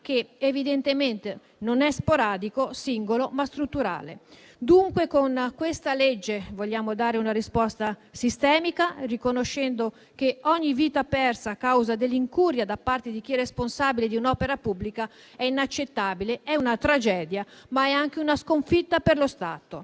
che evidentemente non è sporadico, singolo, ma strutturale. Dunque, con questa legge vogliamo dare una risposta sistemica, riconoscendo che ogni vita persa a causa dell'incuria da parte di chi è responsabile di un'opera pubblica è inaccettabile. È una tragedia, ma è anche una sconfitta per lo Stato.